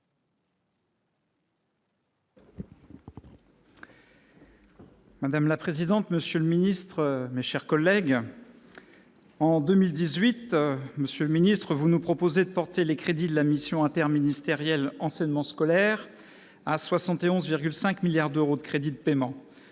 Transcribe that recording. Madame la présidente, monsieur le ministre, mes chers collègues, il nous est proposé de porter les crédits de la mission interministérielle « Enseignement scolaire » à 71,5 milliards d'euros de crédits de paiement